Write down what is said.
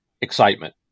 excitement